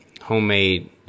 homemade